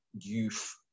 youth